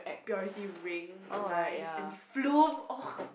Purity Ring live and Flume !oh!